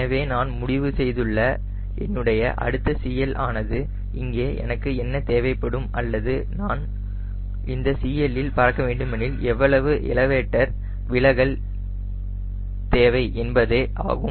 எனவே நான் முடிவு செய்துள்ள என்னுடைய அடுத்த CL ஆனது இங்கே எனக்கு என்ன தேவைப்படும் அல்லது நான் இந்த CL இல் பறக்கவேண்டுமெனில் எவ்வளவு எலிவேட்டர் விலகல் தேவை என்பதே ஆகும்